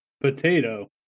Potato